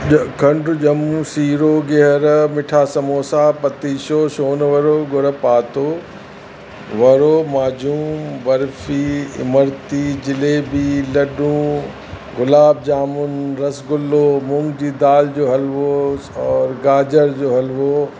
खंडु ॼमू सीरो गिहर मीठा समोसा पतीशो सोनवड़ो गुड़ पातो वड़ो माजून बर्फी इमरती जलेबी लड्डू गुलाब जामून रसगुल्लो मुङ जी दालि जो हलवो और गाजर जो हलवो